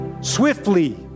swiftly